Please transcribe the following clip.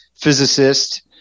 physicist